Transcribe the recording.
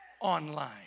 online